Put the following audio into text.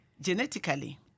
genetically